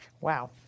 Wow